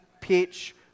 pitch